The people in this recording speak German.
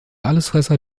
allesfresser